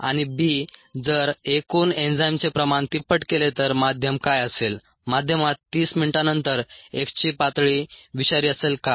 आणि b जर एकूण एन्झाईमचे प्रमाण तिप्पट केले तर माध्यम काय असेल माध्यमात 30 मिनिटांनंतर X ची पातळी विषारी असेल का